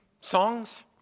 songs